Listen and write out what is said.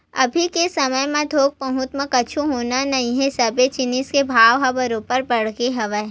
अभी के समे म थोक बहुत म कुछु होना नइ हे सबे जिनिस के भाव ह बरोबर बाड़गे हवय